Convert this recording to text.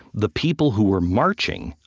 the people who were marching,